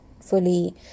fully